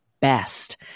best